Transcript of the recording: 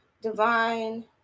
Divine